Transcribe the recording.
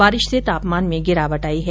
बारिश से तापमान में गिरावट आई है